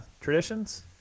traditions